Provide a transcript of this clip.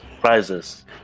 prizes